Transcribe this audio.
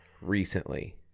recently